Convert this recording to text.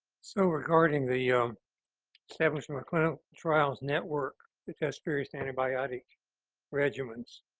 so regarding the um establishment of clinical trials network to test previous antibiotic regimens,